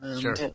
sure